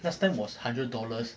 last time was hundred dollars